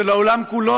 של העולם כולו,